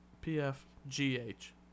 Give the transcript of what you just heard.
P-F-G-H